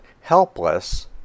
helpless